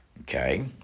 Okay